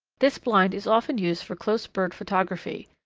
this blind is often used for close bird photography.